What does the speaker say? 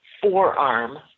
forearm